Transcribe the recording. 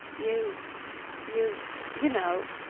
you you you know. ah?